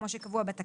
כמו שקבוע בתקנות.